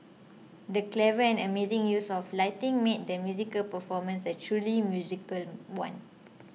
the clever and amazing use of lighting made the musical performance a truly magical one